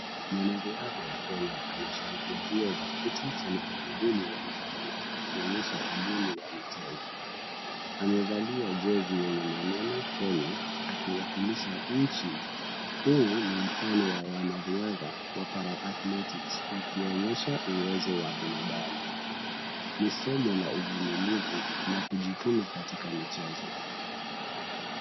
Mwanariadha wa Kenya anashiriki mbio za kiti cha magurudumu uwanjani akionyesha elimu ya michezo. Amevalia jezi yenye maneno Kenya akiwakilisha nchi. Huu ni mfano wa wanariadha wa para athletics wakionyesha uwezo wa binadamu. Ni somo la uvumilivu na kujituma katika michezo.